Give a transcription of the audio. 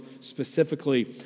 specifically